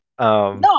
No